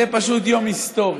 זה פשוט יום היסטורי.